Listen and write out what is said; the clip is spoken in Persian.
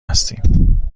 هستیم